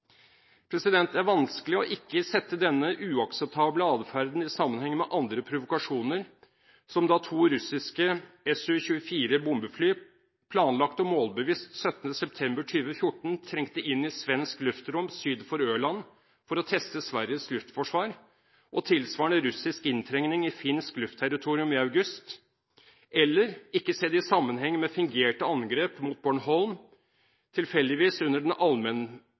Det er vanskelig ikke å sette denne uakseptable adferden i sammenheng med andre provokasjoner, som da to russiske Su-24 bombefly planlagt og målbevisst den 17. september 2014 trengte inn i svensk luftrom syd for Øland for å teste Sveriges luftforsvar, og tilsvarende russisk inntrengning i finsk luftterritorium i august, eller ikke å se det i sammenheng med fingerte angrep mot Bornholm, tilfeldigvis under den